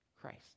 Christ